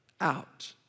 out